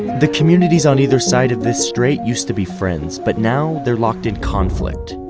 the communities on either side of this strait used to be friends, but now they're locked in conflict.